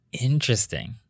Interesting